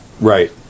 Right